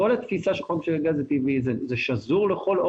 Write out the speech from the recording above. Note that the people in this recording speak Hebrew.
כל התפיסה של חוק משק הגז הטבעי,